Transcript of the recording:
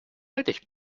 alt